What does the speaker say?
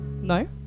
No